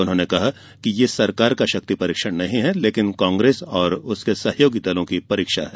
उन्होंने कहा कि यह सरकार का शक्ति परीक्षण नहीं है लेकिन कांग्रेस और इसके सहयोगी दलों की परीक्षा है